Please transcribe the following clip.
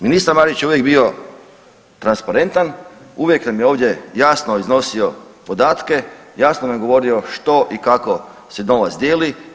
Ministar Marić je uvijek bio transparentan, uvijek nam je ovdje jasno iznosio podatke, jasno nam je govorio što i kako se novac dijeli.